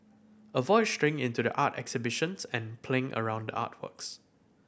avoid straying into the art exhibitions and playing around the artworks